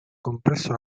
compresso